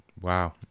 Wow